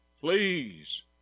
Please